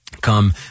come